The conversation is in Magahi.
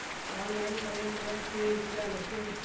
ऑनलाइन करे में ते रुपया लगते?